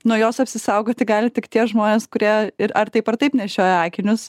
nuo jos apsisaugoti gali tik tie žmonės kurie ir ar taip ar taip nešioja akinius